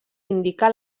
indica